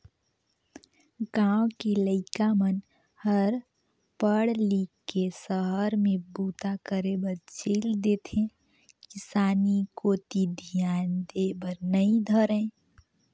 गाँव के लइका मन हर पढ़ लिख के सहर में बूता करे बर चइल देथे किसानी कोती धियान देय बर नइ धरय